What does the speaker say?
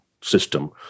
system